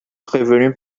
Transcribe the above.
prévenue